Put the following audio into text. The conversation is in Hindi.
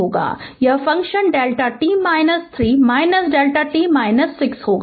यह फंक्शन Δ t 3 Δ t 6 होगा